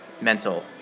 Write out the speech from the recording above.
mental